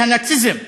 שהנאציזם,